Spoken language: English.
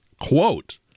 Quote